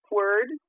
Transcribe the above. word